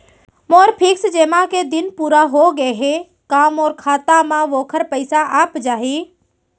मोर fix जेमा के दिन पूरा होगे हे का मोर खाता म वोखर पइसा आप जाही?